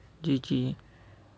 G_G